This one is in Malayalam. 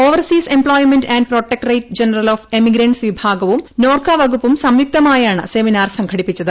overseas employment and protectorate general of emigrants വിഭാഗവും നോർക്ക വകുപ്പും സംയുക്തമായാണ് സെമിനാർ സംഘടിപ്പിച്ചത്